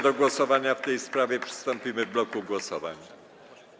Do głosowania w tej sprawie przystąpimy w bloku głosowań.